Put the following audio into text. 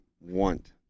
want